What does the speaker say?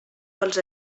pels